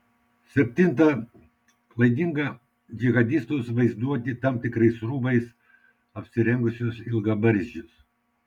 septinta klaidinga džihadistus vaizduoti tam tikrais rūbais apsirengusius ilgabarzdžius